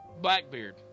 Blackbeard